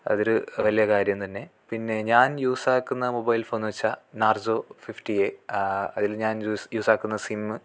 അതൊരു വലിയ കാര്യം തന്നെ പിന്നെ ഞാൻ യൂസ്സാക്കുന്ന മൊബൈൽ ഫോന്ന് വെച്ചാൽ നാർസോ ഫിഫ്റ്റി എ അതിൽ ഞാൻ യൂസ്സാക്കുന്ന സിമ്മ്